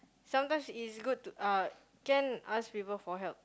sometimes is good to uh can ask people for help